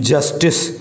Justice